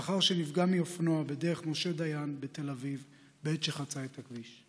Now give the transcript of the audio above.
לאחר שנפגע מאופנוע בדרך משה דיין בתל אביב בעת שחצה את הכביש.